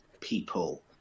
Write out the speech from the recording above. people